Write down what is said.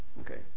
Okay